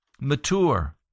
Mature